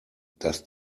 das